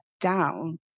down